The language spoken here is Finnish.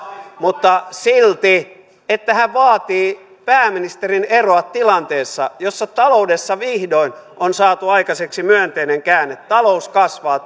mutta silti se että hän vaatii pääministerin eroa tilanteessa jossa taloudessa vihdoin on saatu aikaiseksi myönteinen käänne talous kasvaa